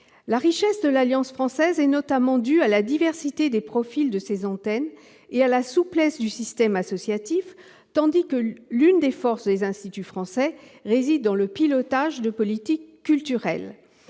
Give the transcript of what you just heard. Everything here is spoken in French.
la richesse de son action à la diversité des profils de ses antennes et à la souplesse du système associatif, tandis que l'une des forces des instituts français réside dans le pilotage de politiques culturelles.